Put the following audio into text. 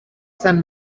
san